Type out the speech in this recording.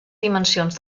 dimensions